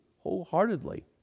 wholeheartedly